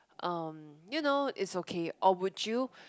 um you know it's okay or would you